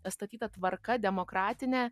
atstatyta tvarka demokratinė